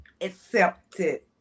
accepted